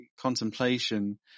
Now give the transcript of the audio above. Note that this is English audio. contemplation